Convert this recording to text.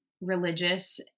religious